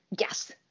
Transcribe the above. Yes